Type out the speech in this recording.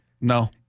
No